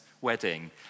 wedding